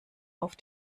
auf